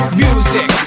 music